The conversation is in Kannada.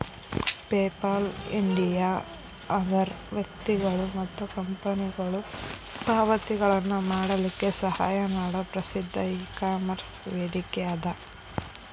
ಪೇಪಾಲ್ ಇಂಡಿಯಾ ಅದರ್ ವ್ಯಕ್ತಿಗೊಳು ಮತ್ತ ಕಂಪನಿಗೊಳು ಪಾವತಿಗಳನ್ನ ಮಾಡಲಿಕ್ಕೆ ಸಹಾಯ ಮಾಡೊ ಪ್ರಸಿದ್ಧ ಇಕಾಮರ್ಸ್ ವೇದಿಕೆಅದ